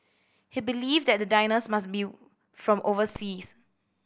he believed that the diners must be from overseas